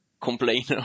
complain